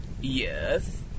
Yes